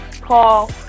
call